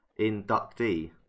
inductee